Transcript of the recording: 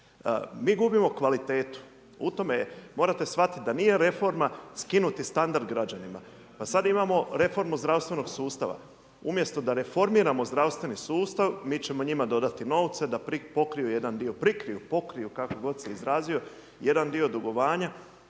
Mi gubimo kvalitetu, u tome je, morate shvatiti da nije reforma skinuti standard građanima. Pa sad imamo reformu zdravstvenog sustava. Umjesto da reformiramo zdravstveni sustav, mi ćemo njima dodati novce da pokriju jedan dio, prikriju, pokriju, kako god se izrazio, jedan dio dugovanja.